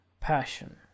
passion